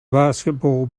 basketball